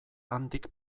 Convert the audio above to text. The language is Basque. handik